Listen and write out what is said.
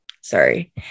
sorry